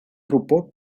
trupo